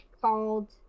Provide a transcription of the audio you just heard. called